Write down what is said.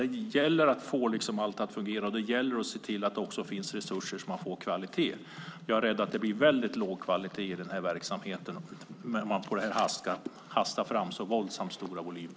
Det gäller att få allt att fungera, och det gäller att se till att det finns resurser så att man får kvalitet. Jag är rädd att det blir väldigt låg kvalitet i den här verksamheten när man hastar fram med så våldsamt stora volymer.